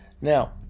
Now